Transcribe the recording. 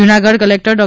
Junagadh collector Dr